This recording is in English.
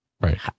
Right